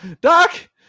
Doc